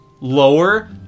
lower